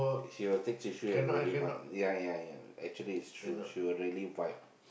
she will take tissue and really wipe ya ya ya actually it's true she will really wipe